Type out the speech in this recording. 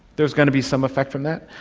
there's going to be some effect from that.